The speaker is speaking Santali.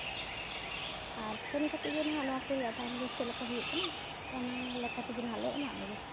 ᱟᱨ ᱥᱮᱱ ᱠᱟᱛᱮᱫ ᱜᱮ ᱱᱟᱜ ᱱᱚᱣᱟ ᱠᱚ ᱨᱮᱭᱟᱜ ᱫᱟᱢ ᱫᱚ ᱪᱮᱫ ᱞᱮᱠᱟ ᱦᱩᱭᱩᱜ ᱠᱟᱱᱟ ᱚᱱᱟ ᱞᱮᱠᱟ ᱛᱮᱜᱮ ᱱᱟᱜ ᱞᱮ ᱮᱢᱟᱜ ᱢᱮᱜᱮ